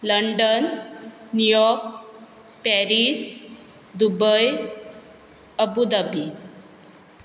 London New York Paris Dubai Abu Dhabi